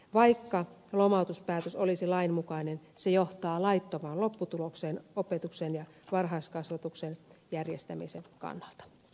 vaikka lomautuspäätös olisi lain mukainen se johtaa laittomaan lopputulokseen opetuksen ja varhaiskasvatuksen järjestämisen kannalta